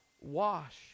wash